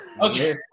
Okay